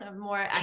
more